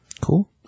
Cool